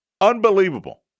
Unbelievable